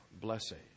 blessing